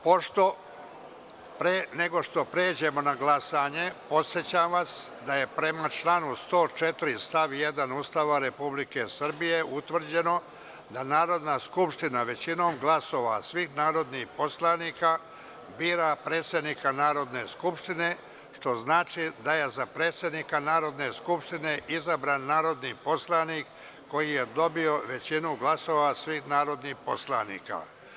Pre nego što pređemo na glasanje podsećam vas da je prema članu 104. stav 1. Ustava Republike Srbije utvrđeno da Narodna skupština većinom glasova svih narodnih poslanika bira predsednika Narodne skupštine, što znači da je za predsednika Narodne skupštine izabran narodni poslanik koji je dobio većinu glasova svih narodnih poslanika.